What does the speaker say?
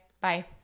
Bye